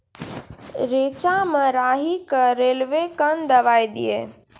रेचा मे राही के रेलवे कन दवाई दीय?